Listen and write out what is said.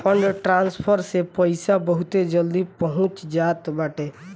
fund transfer से पईसा बहुते जल्दी पहुंच जात बाटे